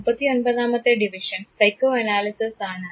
39 മത്തെ division psychoanalysis ആണ്